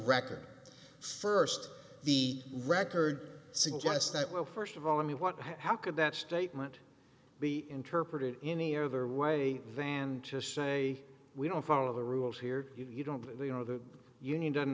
record first the record suggests that well first of all i mean what how could that statement be interpreted any other way than to say we don't follow the rules here you don't you know the union doesn't